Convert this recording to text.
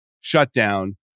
shutdown